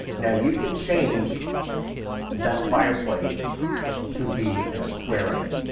yeah you can change that fireplace to be an aquarium.